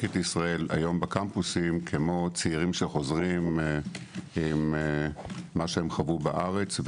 את ישראל היום בקמפוסים כמו צעירים שחוזרים עם מה שהם חוו בארץ,